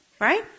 right